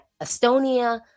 Estonia